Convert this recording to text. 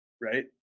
right